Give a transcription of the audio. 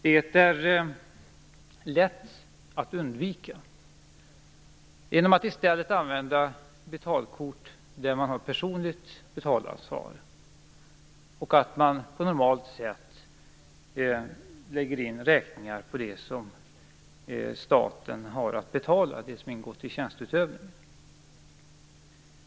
Detta är lätt att undvika genom att i stället använda betalkort där man har personligt betalningsansvar och genom att man på normalt sätt lägger in räkningar på det som staten har att betala, dvs. det som ingått i tjänsteutövningen.